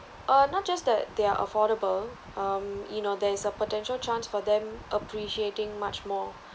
uh not just that they're affordable um you know there is a potential chance for them appreciating much more